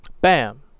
Bam